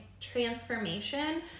transformation